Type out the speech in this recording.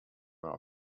our